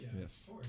Yes